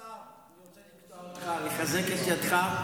השר, אני רוצה לקטוע אותך, לחזק את ידיך.